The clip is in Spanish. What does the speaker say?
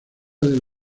del